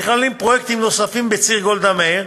נכללים פרויקטים נוספים בציר גולדה מאיר,